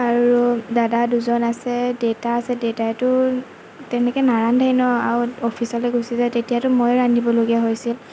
আৰু দাদা দুজন আছে দেতা আছে দেউতাইটো তেনেকৈ নাৰান্ধেই ন আৰু অফিচলৈ গুচি যায় তেতিয়াতো ময়ে ৰান্ধিবলগীয়া হৈছিল